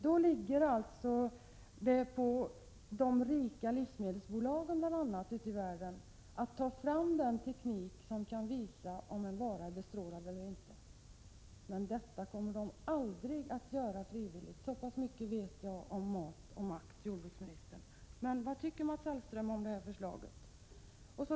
Då skulle det åligga de rika livsmedelsbolagen ute i världen att bl.a. ta fram den teknik med vilken man kan visa om en vara är bestrålad eller inte. Detta kommer de nämligen aldrig att göra frivilligt —så pass mycket vet jag om mat och om makt, jordbruksministern. Vad tycker Mats Hellström om förslaget?